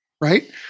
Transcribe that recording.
right